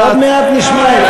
עוד מעט נשמע אתכם.